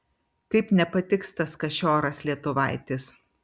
kaip nepatiks tas kašioras lietuvaitis